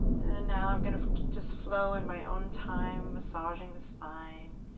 now i'm going to just flow in my own time, massaging the spine.